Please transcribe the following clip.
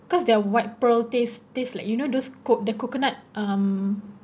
cause their white pearl taste taste like you know those co~ the coconut um